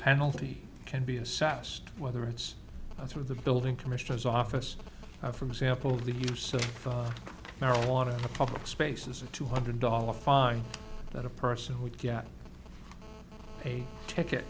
penalty can be a sassed whether it's through the building commissioner's office for example the use of marijuana a public spaces a two hundred dollar fine that a person would get a ticket